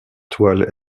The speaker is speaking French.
toile